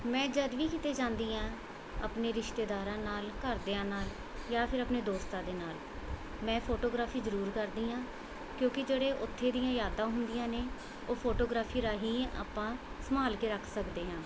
ਮੈਂ ਜਦ ਵੀ ਕਿਤੇ ਜਾਂਦੀ ਹਾਂ ਆਪਣੇ ਰਿਸ਼ਤੇਦਾਰਾਂ ਨਾਲ ਘਰਦਿਆਂ ਨਾਲ ਜਾਂ ਫਿਰ ਆਪਣੇ ਦੋਸਤਾਂ ਦੇ ਨਾਲ ਮੈਂ ਫੋਟੋਗ੍ਰਾਫੀ ਜ਼ਰੂਰ ਕਰਦੀ ਹਾਂ ਕਿਉਂਕਿ ਜਿਹੜੇ ਉੱਥੇ ਦੀਆਂ ਯਾਦਾਂ ਹੁੰਦੀਆਂ ਨੇ ਉਹ ਫੋਟੋਗ੍ਰਾਫੀ ਰਾਹੀਂ ਆਪਾਂ ਸੰਭਾਲ ਕੇ ਰੱਖ ਸਕਦੇ ਹਾਂ